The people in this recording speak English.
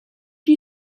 you